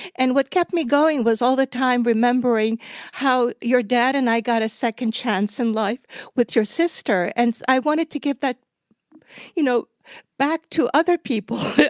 and what kept me going was all the time remembering how your dad and i got a second chance in life with your sister, and i wanted to give that you know back to other people.